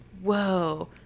whoa